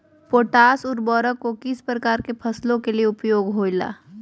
Potash उर्वरक को किस प्रकार के फसलों के लिए उपयोग होईला?